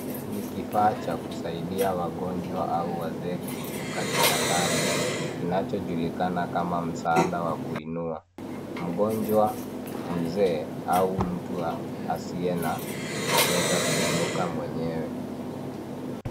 Ni kifaa cha kusaidia wagonjwa cha wazee kuinuka kitandani kinachojulikana kama msaada wa kuinua mgonjwa mzee au mtu wa asiye na uweza kuinuka mwenyewe